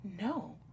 no